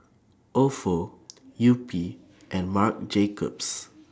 Ofo Yupi and Marc Jacobs